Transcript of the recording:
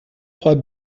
trois